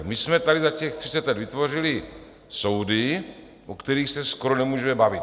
My jsme tady za třicet let vytvořili soudy, o kterých se skoro nemůžeme bavit.